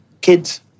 kids